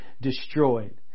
destroyed